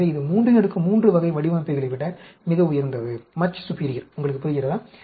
எனவே இது 33 வகை வடிவமைப்புகளை விட மிக உயர்ந்தது உங்களுக்கு புரிகிறதா